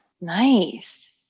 Nice